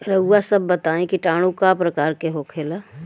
रउआ सभ बताई किटाणु क प्रकार के होखेला?